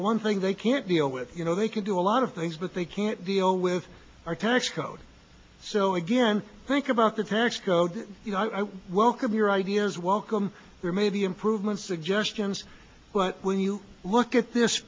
the one thing they can't deal with you know they can do a lot of things but they can't deal with our tax code so again think about the tax code you know i welcome your ideas welcome there may be improvements suggestions but when you look at this